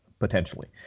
Potentially